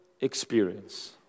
experience